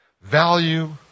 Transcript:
value